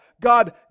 God